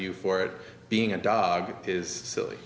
you for it being a dog is silly